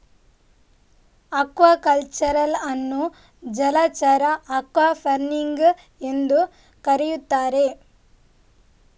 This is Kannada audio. ಅಕ್ವಾಕಲ್ಚರ್ ಅನ್ನು ಜಲಚರ ಅಕ್ವಾಫಾರ್ಮಿಂಗ್ ಎಂದೂ ಕರೆಯುತ್ತಾರೆ